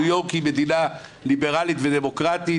ניו יורק היא מדינה ליברלית ודמוקרטית